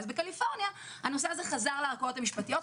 אז בקליפורניה הנושא הזה חזר לערכאות המשפטיות.